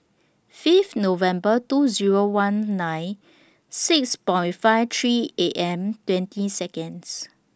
Fifth November two Zero one nine six five three A M twenty Seconds